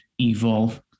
evolve